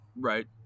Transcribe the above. Right